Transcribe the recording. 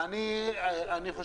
אם המדינה בגלל שזו הצעת חוק ממשלתית